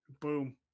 Boom